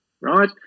right